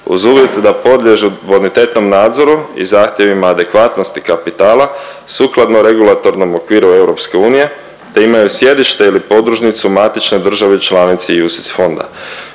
uz uvjet da podliježu bonitetnom nadzoru i zahtjevima adekvatnosti kapitala sukladno regulatornom okviru EU, te imaju sjedište ili podružnicu u matičnoj državi i članici UCITS fonda.